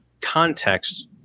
context